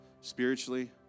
spiritually